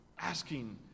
asking